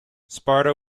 sparta